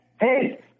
Hey